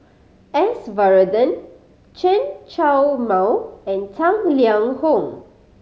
S Varathan Chen Show Mao and Tang Liang Hong